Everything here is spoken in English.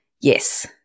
Yes